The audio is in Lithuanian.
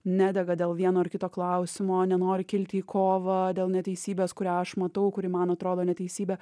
nedega dėl vieno ar kito klausimo nenori kilti į kovą dėl neteisybės kurią aš matau kuri man atrodo neteisybė